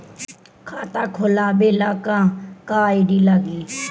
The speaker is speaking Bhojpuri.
खाता खोलाबे ला का का आइडी लागी?